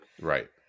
Right